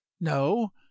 No